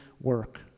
work